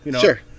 Sure